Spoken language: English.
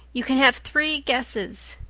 you can have three guesses.